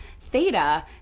Theta